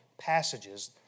passages